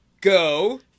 go